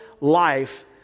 life